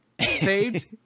Saved